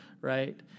right